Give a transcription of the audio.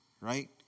right